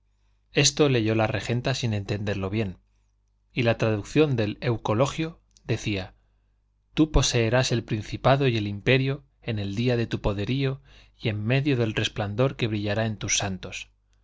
esto leyó la regenta sin entenderlo bien y la traducción del eucologio decía tú poseerás el principado y el imperio en el día de tu poderío y en medio del resplandor que brillará en tus santos